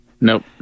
Nope